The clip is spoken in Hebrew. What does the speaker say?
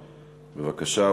בבקשה,